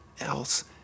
else